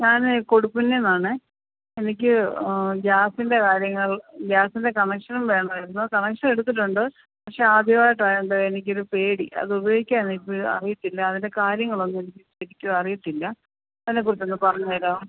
ഞാനെ കൊടുപ്പുന്നേന്നാണെ എനിക്ക് ഗ്യാസിൻ്റെ കാര്യങ്ങൾ ഗ്യാസിൻ്റെ കണക്ഷനും വേണമായിരിന്നു കണക്ഷൻ എടുത്തിട്ടുണ്ട് പക്ഷേ ആദ്യവായിട്ടായോണ്ട് എനിക്കൊരു പേടി അത് ഉപയോഗിക്കാൻ എനിക്കിപ്പഴും അറിയത്തില്ല അതിൻ്റെ കാര്യങ്ങളൊന്നും എനിക്ക് ശരിക്കും അറിയത്തില്ല അതിനെക്കുറിച്ചൊന്ന് പറഞ്ഞ് തരാവോ